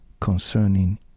concerning